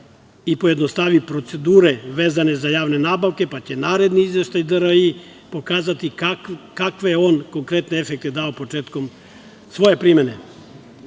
i pojednostavi procedure vezane za javne nabavke pa će naredni izveštaj DRI pokazati kakve on konkretne efekte je dao početkom svoje primene. Ako